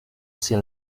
hacia